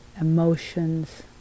emotions